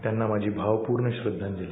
त्यांना माझी भावपूर्ण श्रद्धांजली